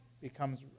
becomes